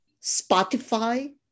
Spotify